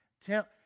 tell